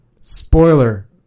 spoiler